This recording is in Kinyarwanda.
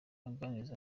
aganiriza